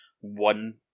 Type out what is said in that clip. one